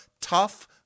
tough